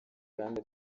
kandi